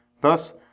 Thus